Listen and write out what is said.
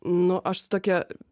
nu aš su tokia